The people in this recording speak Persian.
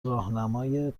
راهنمای